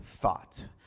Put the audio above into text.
thought